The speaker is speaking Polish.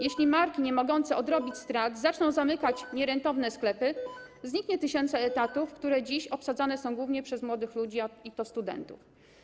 Jeśli marki niemogące odrobić strat zaczną zamykać nierentowne sklepy, znikną tysiące etatów, które dziś obsadzane są głównie przez młodych ludzi, studentów.